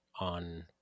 on